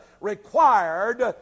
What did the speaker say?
required